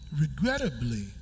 regrettably